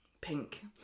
pink